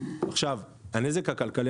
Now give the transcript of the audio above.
עכשיו, הנזק הכלכלי